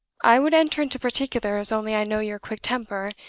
i would enter into particulars, only i know your quick temper,